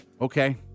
Okay